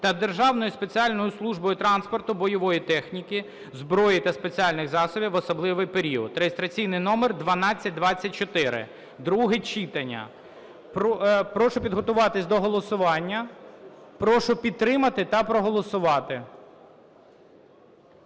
та Державною спеціальною службою транспорту бойової техніки, зброї та спеціальних засобів в особливий період (реєстраційний номер 1224) (друге читання). Прошу підготуватись до голосування. Прошу підтримати та проголосувати.